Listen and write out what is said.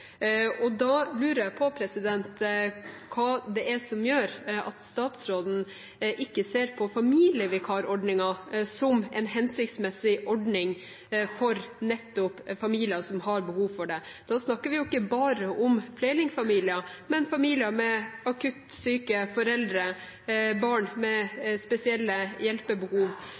Da lurer jeg på hva det er som gjør at statsråden ikke ser på familievikarordningen som en hensiktsmessig ordning for nettopp familier som har behov for det. Da snakker vi ikke bare om flerlingfamilier, men også om familier med akutt syke foreldre, barn med spesielle hjelpebehov